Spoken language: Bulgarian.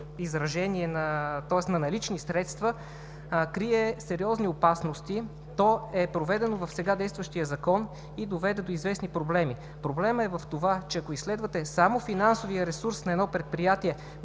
изражение, тоест на налични средства, крие сериозни опасности. То е проведено в сега действащия Закон и доведе до известни проблеми. Проблемът е в това, че, ако изследвате само финансовия ресурс на едно предприятие,